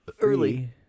early